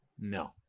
No